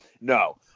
No